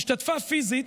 השתתפה פיזית,